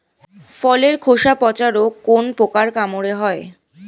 ফলের খোসা পচা রোগ কোন পোকার কামড়ে হয়?